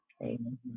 Amen